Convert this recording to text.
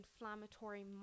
inflammatory